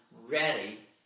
ready